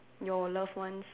your loved ones